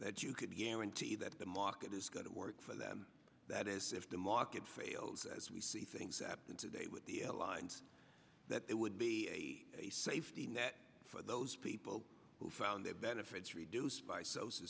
that you could guarantee that the market is going to work for them that is if the market fails as we see things happen today with the airlines that it would be a safety net for those people who found their benefits reduced by social